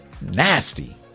nasty